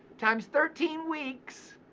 times thirteen weeks,